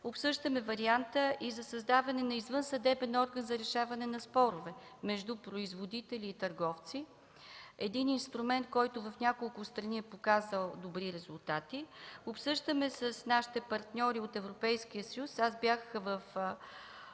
Обсъждаме варианта и за създаване на извън съдебен орган за решаване на спорове между производители и търговци – инструмент, който в няколко страни е показал добри резултати. Обсъждаме с нашите партньори от Европейския съюз – аз бях в Брюксел